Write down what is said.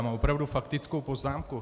Mám opravdu faktickou poznámku.